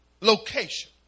location